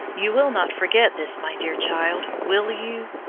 you will not forget this, my dear child, will you?